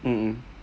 mmhmm